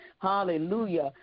hallelujah